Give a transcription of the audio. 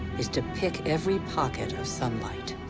is to pick every pocket of sunlight.